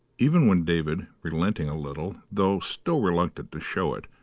even when david, relenting a little, though still reluctant to show it,